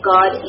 God